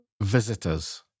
visitors